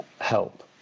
help